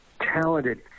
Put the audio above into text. talented